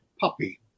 puppy